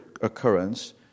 occurrence